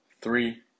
Three